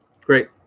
great